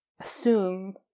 assume